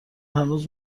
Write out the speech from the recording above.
هنوز